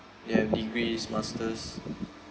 they have degrees masters